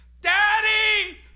Daddy